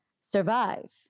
survive